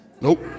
Nope